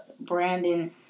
Brandon